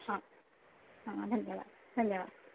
हां हां धन्यवाद धन्यवाद